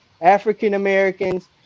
African-Americans